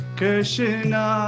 Krishna